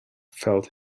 felt